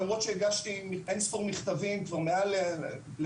למרות שהגשתי אין ספור מכתבים כבר לפחות מעל חודשיים,